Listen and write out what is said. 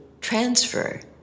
transfer